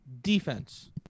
Defense